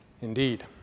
Indeed